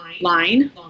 line